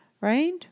right